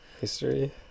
History